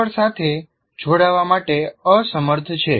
server સાથે જોડાવા માટે અસમર્થ છે